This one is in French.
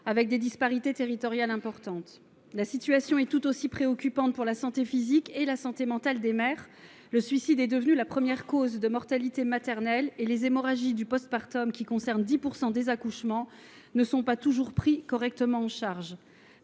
disparités territoriales. La situation est tout aussi préoccupante pour ce qui est de la santé physique et de la santé mentale des mères : le suicide est devenu la première cause de mortalité maternelle et les hémorragies du post partum, qui affectent 10 % des accouchements, ne sont pas toujours correctement prises en charge.